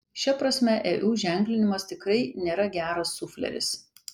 šia prasme eu ženklinimas tikrai nėra geras sufleris